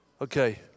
Okay